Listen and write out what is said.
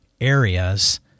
areas